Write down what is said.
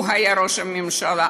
הוא היה ראש הממשלה,